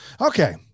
Okay